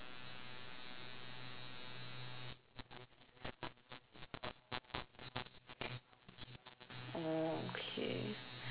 oh okay